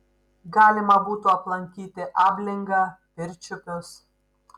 galima būtų aplankyti ablingą pirčiupius